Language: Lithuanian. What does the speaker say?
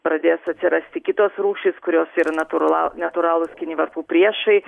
pradės atsirasti kitos rūšys kurios ir naturla natūralūs kinivarpų priešai